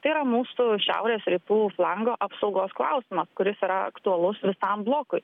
tai yra mūsų šiaurės rytų flango apsaugos klausimas kuris yra aktualus visam blokui